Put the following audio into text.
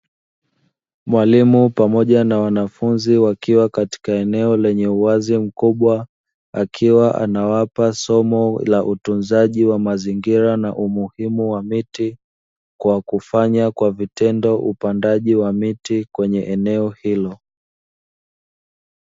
Mwalimu pamoja na wanafunzi wakiwa katika eneo lenye uwazi mkubwa, akiwa anawapa somo la utunzaji wa mazingira na umuhimu wa miti kwa kufanya kwa vitendo upandaji wa miti kwenye eneo hilo.